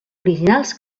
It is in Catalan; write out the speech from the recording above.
originals